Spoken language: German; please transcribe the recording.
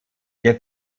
der